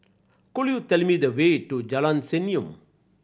could you tell me the way to Jalan Senyum